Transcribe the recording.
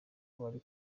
bari